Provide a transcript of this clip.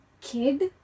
kid